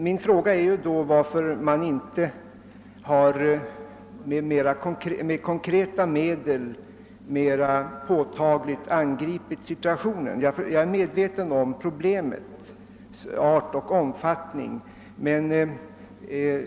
Min fråga är emellertid varför man då inte med mera konkreta medel angripit situationen. Även jag är medveten om problemets art och omfattning.